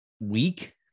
week